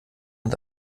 und